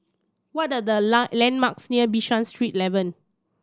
what are the long landmarks near Bishan Street Eleven